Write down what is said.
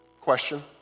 question